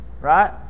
right